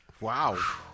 Wow